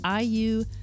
IU